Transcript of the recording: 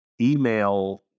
email